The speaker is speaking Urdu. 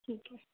ٹھیک ہے